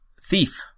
Thief